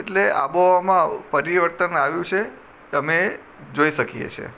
એટલે આબોહવામાં પરિવર્તન આવ્યું છે અમે એ જોઈ શકીએ છીએ